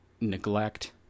neglect